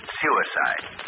suicide